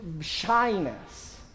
shyness